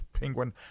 penguin